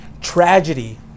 tragedy